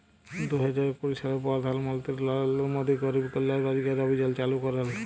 দু হাজার কুড়ি সালে পরধাল মলত্রি লরেলদ্র মোদি গরিব কল্যাল রজগার অভিযাল চালু ক্যরেল